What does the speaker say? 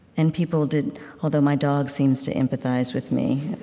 and people did although my dog seems to empathize with me